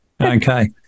okay